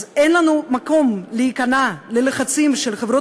אז אין לנו מקום להיכנע ללחצים של חברות